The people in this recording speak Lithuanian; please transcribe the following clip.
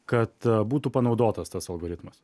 kad būtų panaudotas tas algoritmas